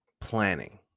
planning